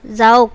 যাওক